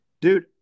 Dude